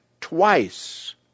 twice